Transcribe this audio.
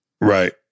Right